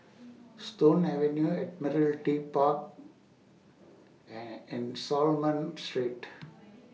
Stone Avenue Admiralty Park and and Solomon Street